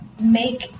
make